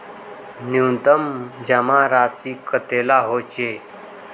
न्यूनतम जमा राशि कतेला होचे?